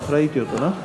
ראיתי אותו, לא?